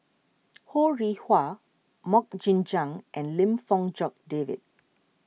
Ho Rih Hwa Mok Jing Jang and Lim Fong Jock David